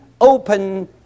open